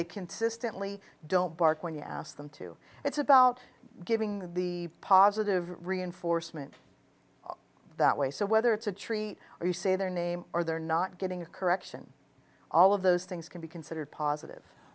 they consistently don't bark when you ask them to it's about giving the positive reinforcement that way so whether it's a tree or you say their name or they're not getting a correction all of those things can be considered positive